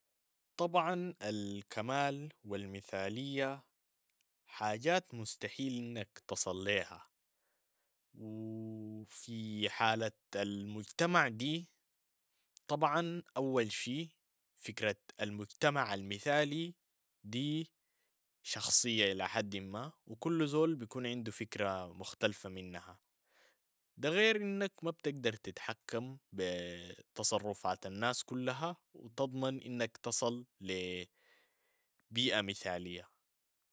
طبعا الكمال و المثالية حاجات مستحيل انك تصل ليها و في حالة المجتمع دي، طبعا اول شي فكرة المجتمع المثالي دي شخصية الى حد ما و كل زول بيكون عندو فكرة مختلفة منها. ده غير انك ما بتقدر تتحكم بي تصرفات الناس كلها و تضمن انك تصل لي بيئة مثالية.